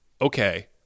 okay